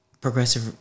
progressive